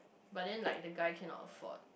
but then like the guy cannot afford